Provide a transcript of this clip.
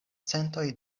centoj